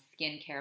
skincare